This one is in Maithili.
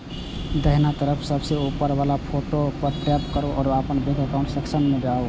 दाहिना तरफ सबसं ऊपर मे अपन फोटो पर टैप करू आ बैंक एकाउंट सेक्शन मे जाउ